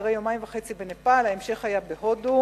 אחרי יומיים וחצי בנפאל, ההמשך היה בהודו.